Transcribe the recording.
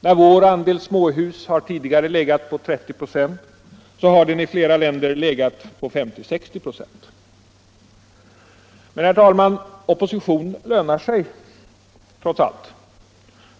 När vår andel småhus tidigare har legat på 30 96 har den i flera andra länder legat på 50-60 96. Men, herr talman, opposition lönar sig trots allt.